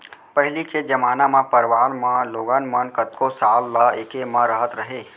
पहिली के जमाना म परवार म लोगन मन कतको साल ल एके म रहत रहें